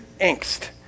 angst